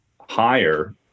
higher